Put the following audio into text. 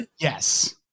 Yes